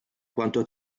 quanto